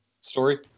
story